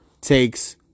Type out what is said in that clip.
takes